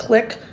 click,